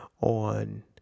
on